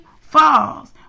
falls